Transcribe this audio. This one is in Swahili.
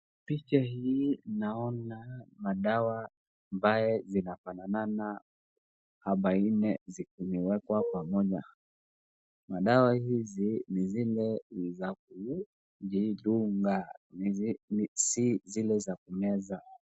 Picha hii naona madawa ambayo zinafanana hapa nne zimewekwa pamoja. Madawa hizi ni zile za kujidunga, si zile za kumeza.